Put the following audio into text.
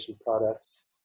products